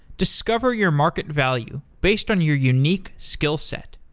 discover your market value based on your unique skill set.